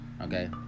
okay